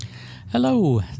Hello